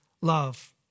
love